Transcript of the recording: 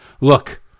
Look